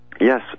Yes